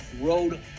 road